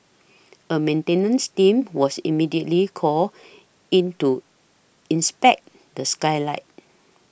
a maintenance team was immediately called in to inspect the skylight